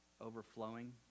overflowing